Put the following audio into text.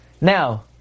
Now